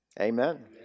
Amen